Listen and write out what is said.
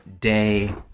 day